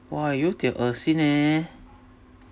!wah! 有点恶心 eh